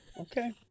Okay